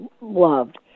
loved